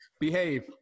Behave